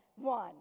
one